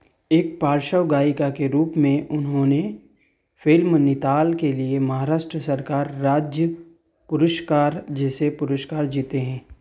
एक पार्श्व गायिका के रूप में उन्होंने फ़िल्म निताल के लिए महाराष्ट्र सरकार राज्य पुरस्कार जैसे पुरस्कार जीते हैं